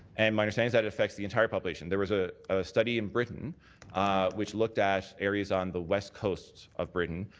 and um i understanding that affects the entire population. there was a ah study in britain which looked at areas on the west coasts of britain,